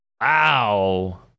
Wow